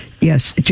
Yes